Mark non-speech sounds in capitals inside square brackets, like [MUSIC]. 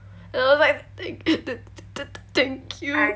[NOISE] tha~ tha~ tha~ thank you